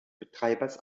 betreibers